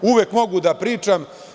Uvek mogu da pričam.